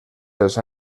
dels